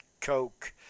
Coke